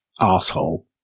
asshole